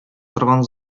торган